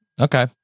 Okay